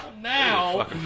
Now